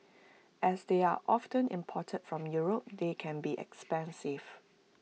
as they are often imported from Europe they can be expensive